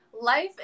Life